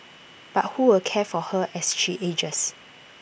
but who will care for her as she ages